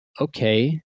okay